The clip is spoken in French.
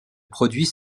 produit